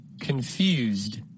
Confused